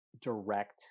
direct